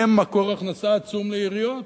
הם מקור הכנסה עצום לעיריות,